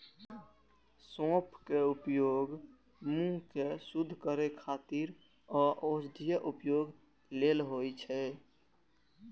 सौंफक उपयोग मुंह कें शुद्ध करै खातिर आ औषधीय उपयोग लेल होइ छै